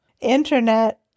internet